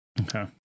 Okay